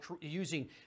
using